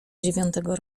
dziewiątego